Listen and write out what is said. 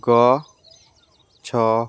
ଗଛ